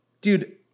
dude